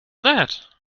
that